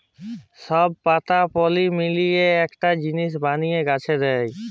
সব পাতা পালি মিলিয়ে একটা জিলিস বলিয়ে গাছে দেয়